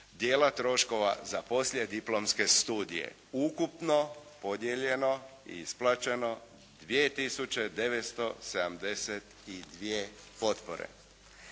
dijela troškova za poslijediplomske studije. Ukupno podijeljeno i isplaćeno 2 tisuće 972 potpore.